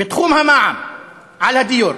בתחום המע"מ על הדיור.